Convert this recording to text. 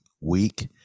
week